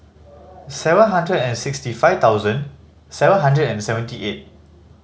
seven hundred and sixty five thousand seven hundred and seventy eight